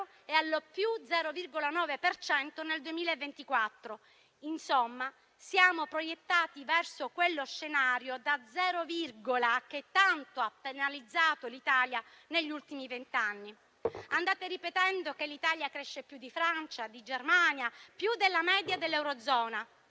e al +0,9 per cento nel 2024. Insomma, siamo proiettati verso quello scenario da zero virgola che tanto ha penalizzato l'Italia negli ultimi vent'anni. Andate ripetendo che l'Italia cresce più di Francia e di Germania e più della media dell'eurozona: